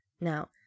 Now